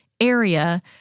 area